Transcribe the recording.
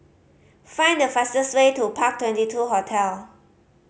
find the fastest way to Park Twenty two Hotel